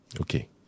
Okay